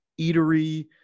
eatery